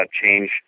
change